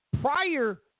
prior